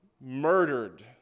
murdered